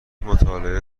مطالعه